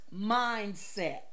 mindset